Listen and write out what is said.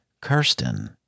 Kirsten